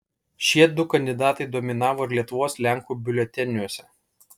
šie du kandidatai dominavo ir lietuvos lenkų biuleteniuose